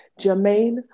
Jermaine